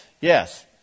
Yes